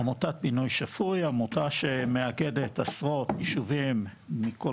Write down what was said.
עמותת בינוי שפוי זו עמותה שמאגדת עשרות יישובים מכל